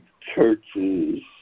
churches